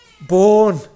Born